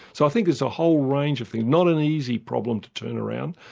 so i think there's a whole range of things. not an easy problem to turn around,